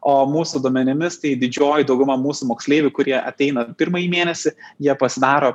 o mūsų duomenimis tai didžioji dauguma mūsų moksleivių kurie ateina pirmąjį mėnesį jie pasidaro